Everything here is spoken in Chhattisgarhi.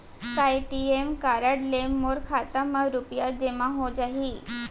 का ए.टी.एम कारड ले मोर खाता म रुपिया जेमा हो जाही?